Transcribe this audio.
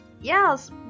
Yes